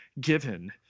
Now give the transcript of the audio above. given